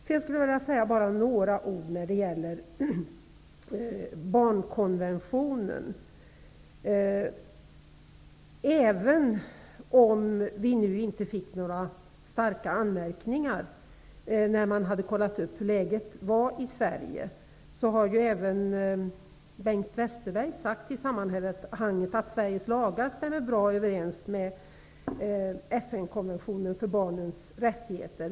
Jag vill också säga några ord om barnkonventionen. Det har gjorts en genomgång av läget i dessa sammanhang här i Sverige, och då riktades inga starka anmärkningar mot oss. Bengt Westerberg har dessutom sagt att Sveriges lagar stämmer bra överens med FN-konventionen om barnens rättigheter.